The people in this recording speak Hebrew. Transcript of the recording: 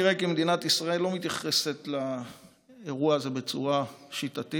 נראה כי מדינת ישראל לא מתייחסת לאירוע זה בצורה שיטתית